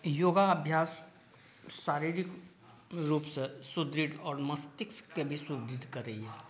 योगाभ्यास शारीरिक रुपसॅं सुदृढ़ आओर मष्तिस्कके भी सुदृढ़ करैया